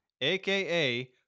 aka